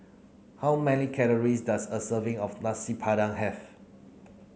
how many calories does a serving of Nasi Padang Have